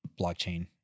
blockchain